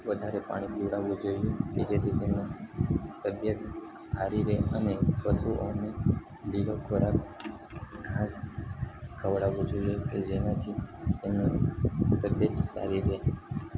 વધારે પાણી પીવડાવું જોઈએ કે જેથી તેમને તબિયત સારી રહે અને પશુઓને લીલો ખોરાક ઘાસ ખવડાવું જોઈએ કે જેનાથી એમનું તબિયત સારી રહે